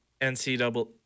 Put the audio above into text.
NCAA